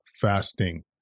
fasting